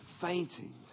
fainting